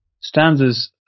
stanzas